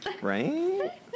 Right